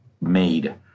made